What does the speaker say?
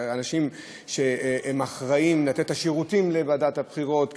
אנשים שהם אחראים לתת את השירותים לוועדת הבחירות,